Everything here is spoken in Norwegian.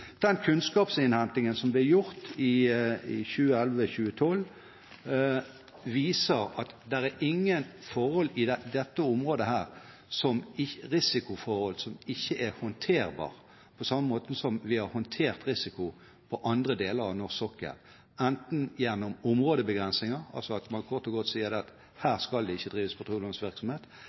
Den kunnskapsinnhentingen som ble gjort i 2011 og 2012, viser at det er ingen risikoforhold i dette området som ikke er håndterbare på samme måten som vi har håndtert risiko på andre deler av norsk sokkel, enten gjennom områdebegrensninger, altså at man kort og godt sier at her skal det ikke drives petroleumsvirksomhet,